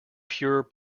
pure